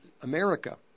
America